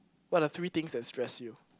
what are three things that stress you